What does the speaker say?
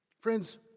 Friends